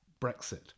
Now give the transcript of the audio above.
Brexit